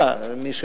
בצורה